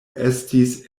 estis